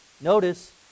Notice